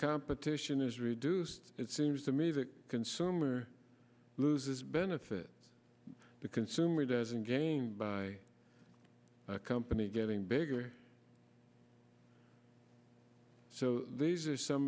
competition is reduced it seems to me the consumer loses benefit the consumer doesn't gain by a company getting bigger so these are some